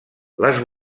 les